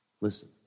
Listen